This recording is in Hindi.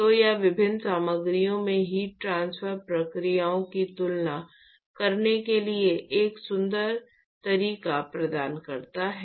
तो यह विभिन्न सामग्रियों में हीट ट्रांसफर प्रक्रियाओं की तुलना करने के लिए एक सुंदर तरीका प्रदान करता है